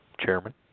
Chairman